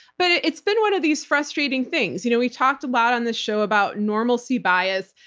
but it's been one of these frustrating things. you know we've talked lot on this show about normalcy bias,